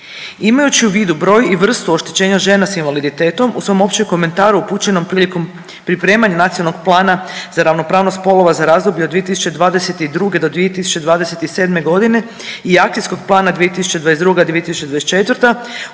Imajući u vidu broj i vrstu oštećenja žena sa invaliditetom u svom općem komentaru upućenom prilikom pripremanja Nacionalnog plana za ravnopravnost spolova za razdoblje od 2022. do 2027. godine i akcijskog plana 2022.-2024. Ured